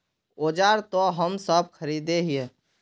औजार तो हम सब खरीदे हीये?